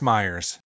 Myers